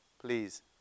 please